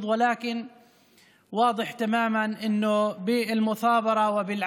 ולממש את זכותם להפחתת מס כמו שאר התושבים.